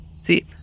See